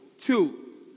Two